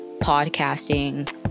podcasting